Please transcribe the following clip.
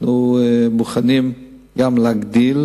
אנחנו מוכנים גם להגדיל,